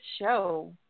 show